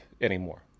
anymore